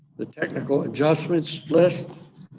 the technical adjustment list.